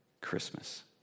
Christmas